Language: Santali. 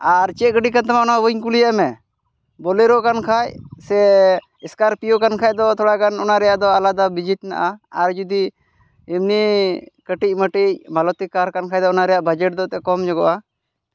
ᱟᱨ ᱪᱮᱫ ᱜᱟᱹᱰᱤ ᱠᱟᱱ ᱛᱟᱢᱟ ᱚᱱᱟᱢᱟ ᱵᱟᱹᱧ ᱠᱩᱞᱤᱭᱮᱫ ᱢᱮ ᱵᱚᱞᱮᱨᱚᱜ ᱠᱟᱱ ᱠᱷᱟᱡ ᱥᱮ ᱮᱥᱠᱟᱨ ᱯᱤᱭᱳ ᱠᱟᱱ ᱠᱷᱟᱡ ᱫᱚ ᱛᱷᱚᱲᱟ ᱜᱟᱱ ᱚᱱᱟ ᱨᱮᱭᱟᱜ ᱫᱚ ᱟᱞᱟᱫᱟ ᱵᱷᱤᱡᱤᱴ ᱢᱮᱱᱟᱜᱼᱟ ᱟᱨ ᱡᱩᱫᱤ ᱮᱢᱱᱤ ᱠᱟᱹᱴᱤᱡ ᱢᱟᱹᱴᱤᱪ ᱢᱟᱨᱩᱛᱤ ᱠᱟᱨ ᱠᱟᱱ ᱠᱷᱟᱡ ᱫᱚ ᱚᱱᱟ ᱨᱮᱭᱟᱜ ᱵᱟᱡᱮᱴ ᱫᱚ ᱠᱚᱢ ᱧᱚᱜᱼᱟ